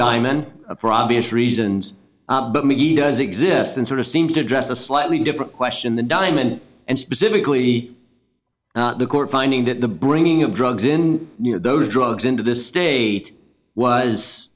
diamond for obvious reasons but he does exist and sort of seems to address a slightly different question the diamond and specifically the court finding that the bringing of drugs in those drugs into the state was